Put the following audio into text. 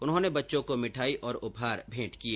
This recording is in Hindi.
उन्होंने बच्चों को मिठाई और उपहार भेंट किए